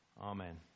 Amen